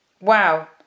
Wow